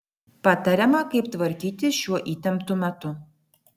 patariama kaip tvarkytis šiuo įtemptu metu